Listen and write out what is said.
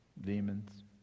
demons